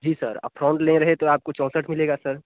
जी sir आप कुछ और ले रहे हैं तो आपको चौंसठ मिलेगा सर